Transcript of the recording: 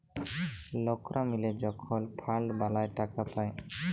লকরা মিলে যখল ফাল্ড বালাঁয় টাকা পায়